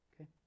Okay